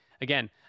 again